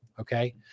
Okay